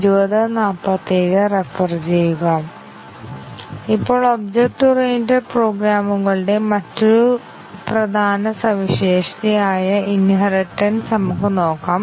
ഇപ്പോൾ object oriented പ്രോഗ്രാമുകളുടെ മറ്റൊരു പ്രധാന സവിശേഷത ആയ ഇൻഹെറിടെൻസ് നമുക്ക് നോക്കാം